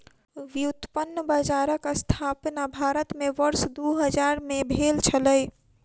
व्युत्पन्न बजारक स्थापना भारत में वर्ष दू हजार में भेल छलै